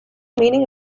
meaning